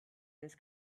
the